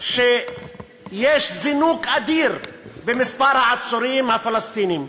שיש זינוק אדיר במספר העצורים הפלסטינים,